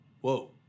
whoa